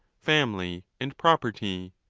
family, and property.